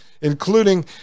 including